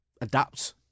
adapt